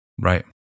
Right